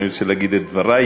אני רוצה להגיד את דברי.